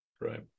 right